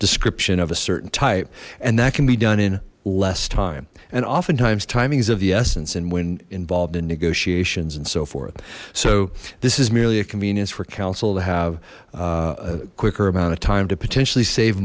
description of a certain type and that can be done in less time and oftentimes timings of the essence and when involved in negotiations and so forth so this is merely a convenience for council to have a quicker amount of time to potentially save